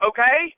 Okay